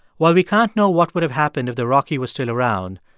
while we can't know what would have happened if the rocky was still around,